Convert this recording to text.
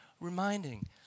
reminding